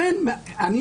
לכן יש כאן איזה רצף,